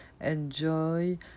enjoy